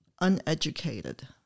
uneducated